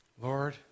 Lord